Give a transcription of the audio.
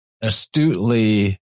astutely